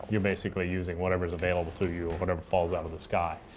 you're basically using whatever is available to you or whatever falls out of the sky.